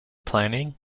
planning